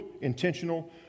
intentional